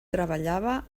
treballava